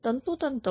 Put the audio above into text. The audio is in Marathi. तर तंतोतंत 0